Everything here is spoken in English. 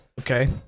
Okay